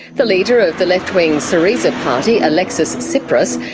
the leader of the left-wing syriza party, alexis tsipras,